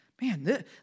Man